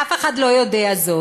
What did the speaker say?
ואף אחד לא יודע זאת.